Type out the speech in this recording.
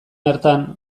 hartan